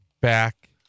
Back